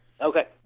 Okay